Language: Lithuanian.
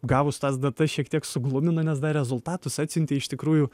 gavus tas datas šiek tiek suglumino nes dar rezultatus atsiuntė iš tikrųjų